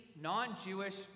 non-Jewish